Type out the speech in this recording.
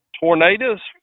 tornadoes